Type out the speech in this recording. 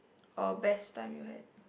or best time you had